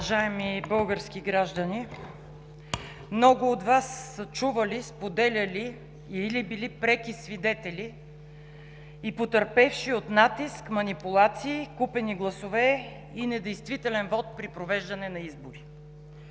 Уважаеми български граждани! Много от Вас са чували, споделяли са или са били преки свидетели и потърпевши от натиск, манипулации, купени гласове и недействителен вот при провеждане на избори.